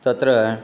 तत्र